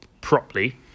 properly